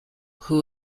who